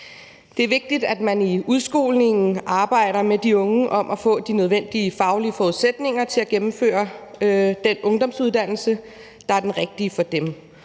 Det er vigtigt, at man i udskolingen arbejder med de unge om at få de nødvendige faglige forudsætninger for at gennemføre den ungdomsuddannelse, der er den rigtige for dem,